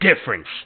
difference